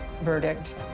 verdict